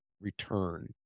return